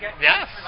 Yes